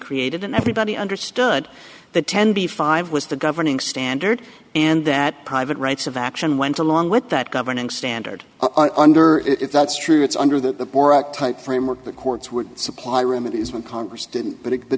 created and everybody understood that ten b five was the governing standard and that private rights of action went along with that governing standard under if that's true it's under the boric type framework the courts would supply room it is when congress didn't